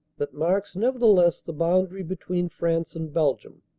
that marks nevertheless the boundary between france and belgium.